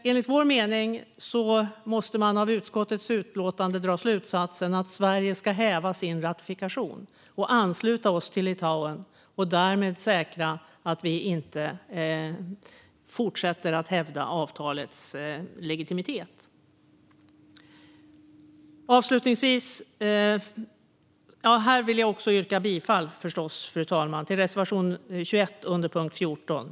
Enligt vår mening måste man av utskottets utlåtande dra slutsatsen att Sverige ska häva sin ratifikation och ansluta sig till Litauen. Därmed skulle vi säkra att vi inte fortsätter att hävda avtalets legitimitet. Jag vill, fru talman, yrka bifall till reservation 21 under punkt 14.